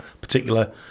particular